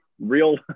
real